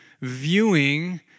viewing